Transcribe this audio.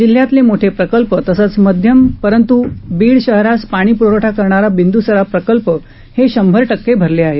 जिल्ह्यातले मोठे प्रकल्प तसंच मध्यम परंतु बीड शहरास पाणी पुरवठा करणारा बिंदुसरा प्रकल्प हे शंभर टक्के भरले आहेत